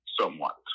somewhat